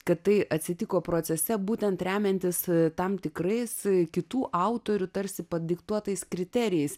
kad tai atsitiko procese būtent remiantis tam tikrais kitų autorių tarsi padiktuotais kriterijais